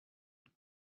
but